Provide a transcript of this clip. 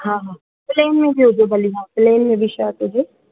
हा हा प्लेन में बि हुजे भली हा प्लेन में बि शर्ट हुजे